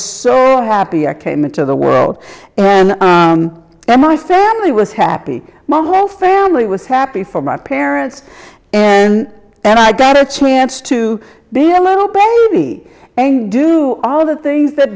so happy i came into the world and my family was happy my whole family was happy for my parents and and i got a chance to be a little baby and do all the things that